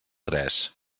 tres